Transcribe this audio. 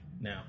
now